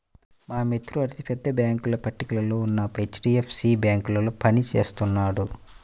మా మిత్రుడు అతి పెద్ద బ్యేంకుల పట్టికలో ఉన్న హెచ్.డీ.ఎఫ్.సీ బ్యేంకులో పని చేస్తున్నాడు